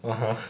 (uh huh)